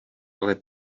ale